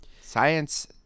Science